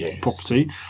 Property